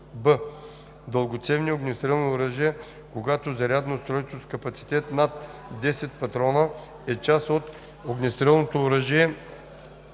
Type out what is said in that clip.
б) дългоцевни огнестрелни оръжия, когато зарядно устройство с капацитет над 10 патрона е част от огнестрелното оръжие